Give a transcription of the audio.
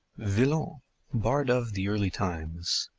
villon bard of the early times,